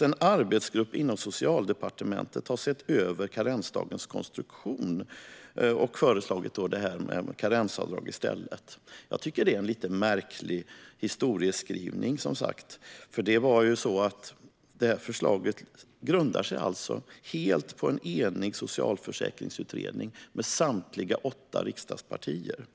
En arbetsgrupp inom Socialdepartementet har sett över karensdagens konstruktion" och i stället föreslagit karensavdrag. Det är en märklig historieskrivning. Det här förslaget grundas alltså helt på en enig socialförsäkringsutredning där samtliga åtta riksdagspartier ingick.